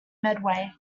medway